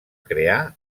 crear